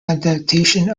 adaptation